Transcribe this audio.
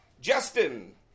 Justin